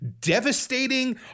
devastating